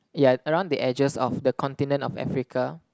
ya around the edges of the continent of Africa